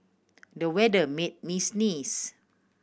the weather made me sneeze